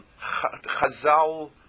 Chazal